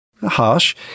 harsh